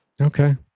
Okay